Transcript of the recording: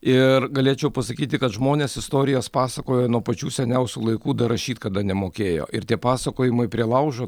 ir galėčiau pasakyti kad žmonės istorijas pasakojo nuo pačių seniausių laikų dar rašyt kada nemokėjo ir tie pasakojimai prie laužo